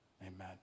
Amen